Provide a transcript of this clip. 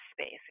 space